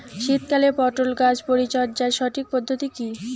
শীতকালে পটল গাছ পরিচর্যার সঠিক পদ্ধতি কী?